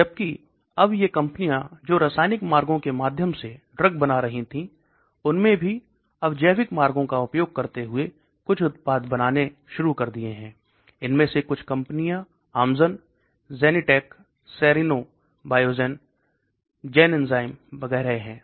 जबकि अब ये कंपनियां जो रासायनिक मार्गों के माध्यम से ड्रग बना रही थीं उनमें भी अब जैविक मार्गों का उपयोग करते हुए कुछ उत्पाद बनाने शुरू कर दिए है इनमें से कुछ कंपनियां आमजन Genentech Serono Biogen Genzyme वगैरह हैं